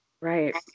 Right